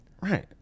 Right